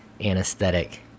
anesthetic